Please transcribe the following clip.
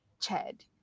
Chad